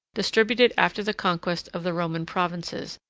distributed after the conquest of the roman provinces,